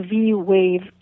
V-Wave